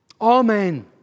Amen